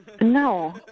No